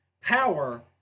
power